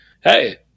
Hey